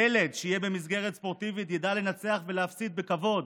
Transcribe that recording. ילד שיהיה במסגרת ספורטיבית ידע לנצח ולהפסיד בכבוד